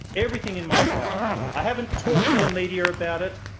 everything in my power. i haven't talked to the media about it.